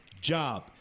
job